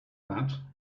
that